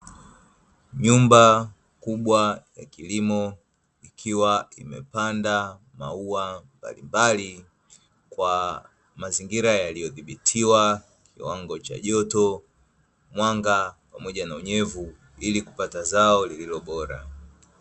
Nyumba kubwa ya kilimo, ikiwa imepanda maua mbalimbali kwa mazingira yaliyodhibitiwa kiwango cha joto, mwanga pamoja na unyevu, ili kupata zao lililo bora.